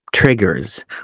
triggers